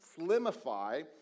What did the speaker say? Slimify